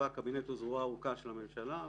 הקבינט הוא זרועה הארוכה של הממשלה,